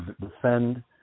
defend